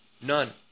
none